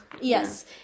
Yes